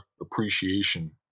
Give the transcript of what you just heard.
appreciation